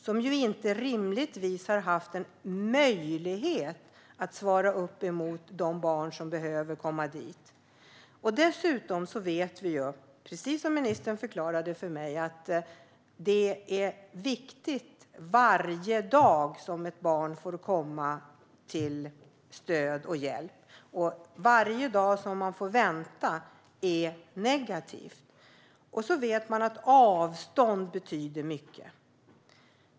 Den mottagningen har rimligtvis inte haft någon möjlighet att ta emot alla barn som behöver komma dit. Precis som ministern förklarade för mig vet vi att varje dag räknas för ett barn som kan få stöd och hjälp. Varje dag som ett barn får vänta är negativt. Vidare vet vi att avstånd betyder mycket.